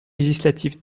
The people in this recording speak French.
législatif